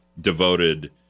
devoted